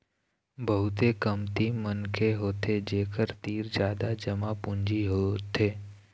बहुते कमती मनखे होथे जेखर तीर जादा जमा पूंजी होथे